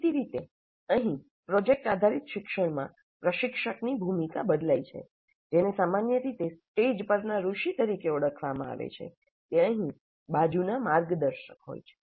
દેખીતી રીતે અહીં પ્રોજેક્ટ આધારિત શિક્ષણમાં પ્રશિક્ષકની ભૂમિકા બદલાય છે જેને સામાન્ય રીતે 'સ્ટેજ પરના ઋષિ' તરીકે ઓળખવામાં આવે છે તે અહી 'બાજુના માર્ગદર્શક' હોય છે